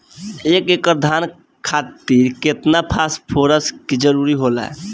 एक एकड़ धान खातीर केतना फास्फोरस के जरूरी होला?